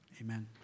Amen